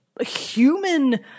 human